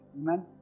Amen